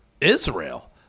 Israel